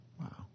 Wow